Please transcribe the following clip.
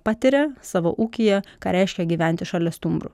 patiria savo ūkyje ką reiškia gyventi šalia stumbrų